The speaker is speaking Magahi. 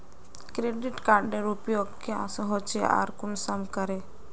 क्रेडिट कार्डेर उपयोग क्याँ होचे आर कुंसम करे?